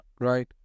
Right